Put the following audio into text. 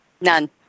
None